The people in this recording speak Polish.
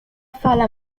fala